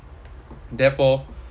therefore